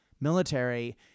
military